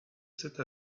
cette